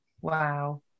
Wow